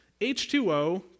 H2O